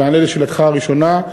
במענה על שאלתך הראשונה,